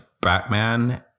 Batman